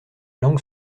langues